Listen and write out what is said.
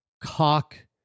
cock